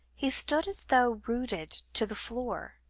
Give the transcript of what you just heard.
he stood as though rooted to the floor,